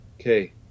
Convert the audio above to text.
Okay